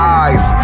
eyes